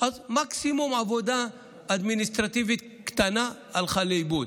מקסימום עבודה אדמיניסטרטיבית קטנה הלכה לאיבוד.